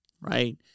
Right